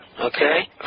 okay